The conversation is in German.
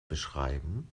beschreiben